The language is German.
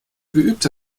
geübte